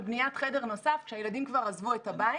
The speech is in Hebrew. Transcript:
בניית חדר נוסף כשהילדים כבר עזבו את הבית.